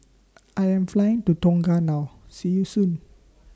I Am Flying to Tonga now See YOU Soon